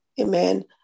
amen